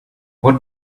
what